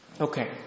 Okay